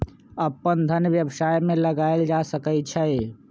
अप्पन धन व्यवसाय में लगायल जा सकइ छइ